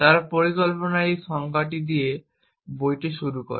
তারা পরিকল্পনার এই সংজ্ঞা দিয়ে বইটি শুরু করে